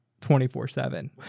24-7